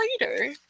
later